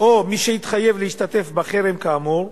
או מי שהתחייב להשתתף בחרם כאמור,